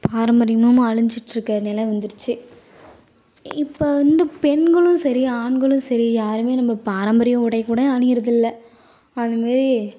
பாரம்பரியமும் அழிஞ்சிட்டிருக்க நிலை வந்துடுச்சு இப்போ வந்து பெண்களும் சரி ஆண்களும் சரி யாருமே நம்ம பாரம்பரிய உடை கூட அணியிறதில்லை அதுமாரி